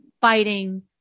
fighting